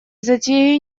затеи